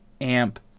amp